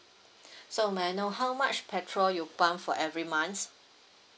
so may I know how much petrol you pump for every months